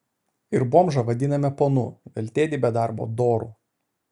ir bomžą vadiname ponu veltėdį be darbo doru